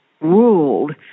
ruled